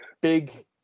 big